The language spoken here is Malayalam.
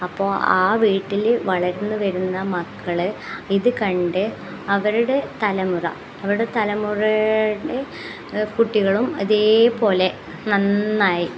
അപ്പോൾ ആ വീട്ടിൽ വളർന്ന് വരുന്ന മക്കൾ ഇതു കണ്ട് അവരുടെ തലമുറ അവരുടെ തലമുറയിൽ കുട്ടികളും ഇതുപോലെ നന്നായി